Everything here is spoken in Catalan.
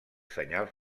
senyals